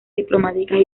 diplomáticas